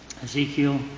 Ezekiel